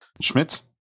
Schmitz